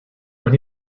when